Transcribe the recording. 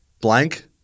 Blank